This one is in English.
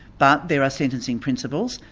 but there are sentencing principles,